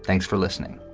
thanks for listening